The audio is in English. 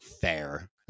fair